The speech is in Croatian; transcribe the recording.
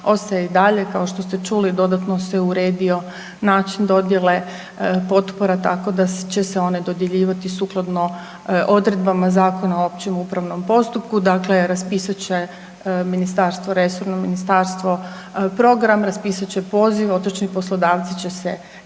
ostaje i dalje. Kao što ste i čuli dodatno se uredio način dodjele potpora tako da će se one dodjeljivati sukladno odredbama Zakona o općem upravnom postupku, dakle raspisat će resorno ministarstvo program, raspisat će poziv otočni poslodavci će se javiti.